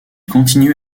continue